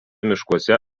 miškuose